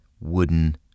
wooden